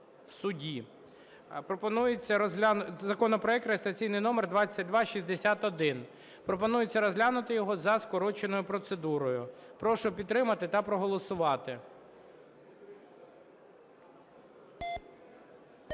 Пропонується розглянути його за скороченою процедурою. Прошу підтримати та проголосувати.